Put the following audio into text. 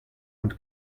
und